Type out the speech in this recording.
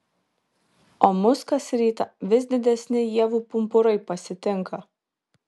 o mus kas rytą vis didesni ievų pumpurai pasitinka